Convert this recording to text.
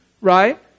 right